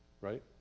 right